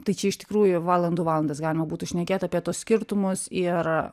tai čia iš tikrųjų valandų valandas galima būtų šnekėt apie tuos skirtumus ir